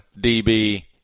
DB